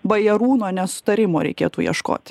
bajarūno nesutarimo reikėtų ieškot